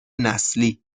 نسلی